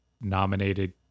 nominated